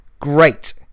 Great